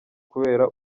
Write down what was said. kubera